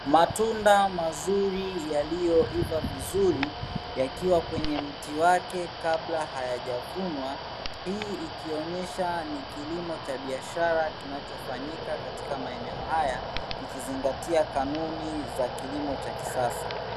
Matunda mazuri yaliyoiva vizuri yakiwa kwenye mti wake kabla hayajavunwa, hii ikionyesha ni kilimo cha biashara kinachofanyika katika maeneo haya ikizingatia kanuni za kilimo cha kisasa.